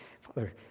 Father